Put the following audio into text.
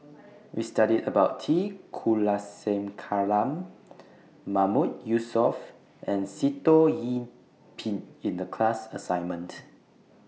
We studied about T Kulasekaram Mahmood Yusof and Sitoh Yih Pin in The class assignment